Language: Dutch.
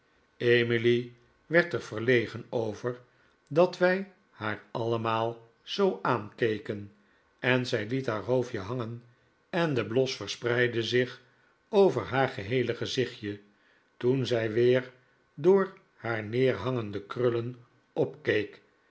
emily werd er verlegen over dat wij haar allemaal zoo aankeken en zij liet haar hoofdje hangen en de bios verspreidde zich over haar heele gezichtje toen zij weer door haar neerhangende krullen opkeek